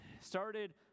started